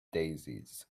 daisies